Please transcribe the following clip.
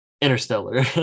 Interstellar